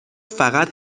فقط